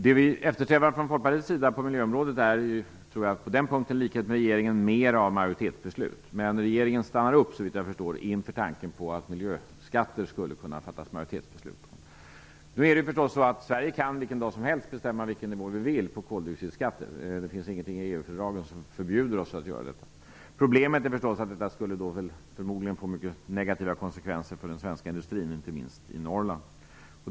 Det som vi från Folkpartiets sida, i likhet med regeringen, eftersträvar på miljöområdet är mer av majoritetsbeslut. Men såvitt jag förstår stannar regeringen upp inför tanken på ett majoritetsbeslut om införande av miljöskatter. Vi i Sverige kan naturligtvis när som helst bestämma vilken nivå vi vill ha på koldioxidskatter. Det finns ingenting i EU-fördragen som förbjuder oss att göra det. Problemet är att detta förstås skulle få mycket negativa konsekvenser för den svenska industrin, inte minst i Norrland.